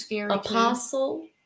apostle